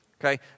Okay